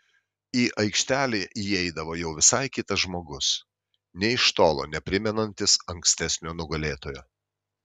į aikštelę įeidavo jau visai kitas žmogus nė iš tolo neprimenantis ankstesnio nugalėtojo